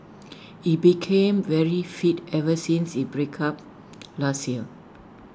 he became very fit ever since he breakup last year